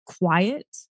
quiet